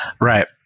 right